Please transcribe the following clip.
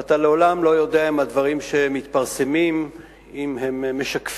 ואתה לעולם לא יודע אם הדברים שמתפרסמים הם משקפים,